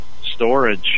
storage